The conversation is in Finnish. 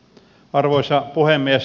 arvoisa puhemies